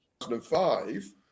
2005